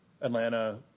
Atlanta